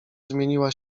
zmieniła